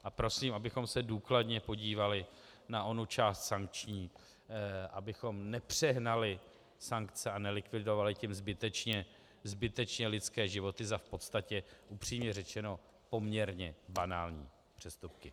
A prosím, abychom se důkladně podívali na onu část sankční, abychom nepřehnali sankce a nelikvidovali tím zbytečně lidské životy za v podstatě upřímně řečeno poměrně banální přestupky.